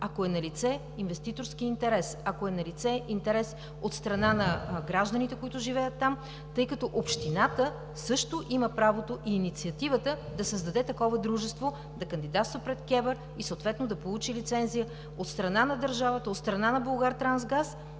ако е налице инвеститорски интерес, ако е налице интерес от страна на гражданите, които живеят там, тъй като общината също има правото и инициативата да създаде такова дружество, да кандидатства пред КЕВР и да получи лицензия. От страна на държавата, от страна на Булгартрансгаз